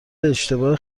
اشتباه